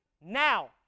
now